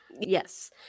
Yes